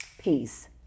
peace